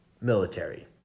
military